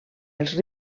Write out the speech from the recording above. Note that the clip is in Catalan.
els